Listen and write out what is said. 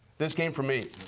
this came from me.